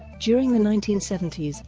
during the nineteen seventy s,